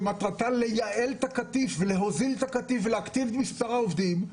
שמטרתה לייעל את הקטיף ולהוזיל את הקטיף ולהקטין את מספר העובדים,